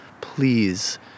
Please